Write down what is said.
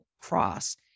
cross